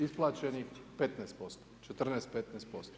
Isplaćenih 15%, 14-15%